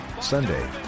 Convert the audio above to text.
Sunday